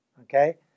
Okay